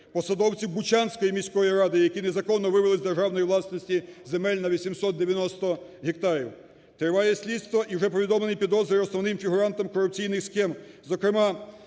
Посадовці Бучанської міської ради, які незаконно вивели з державної власності земель на 890 гектарів. Триває слідство і вже повідомлені підозри основним фігурантам корупційних схем, зокрема